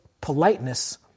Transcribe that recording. politeness